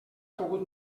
pogut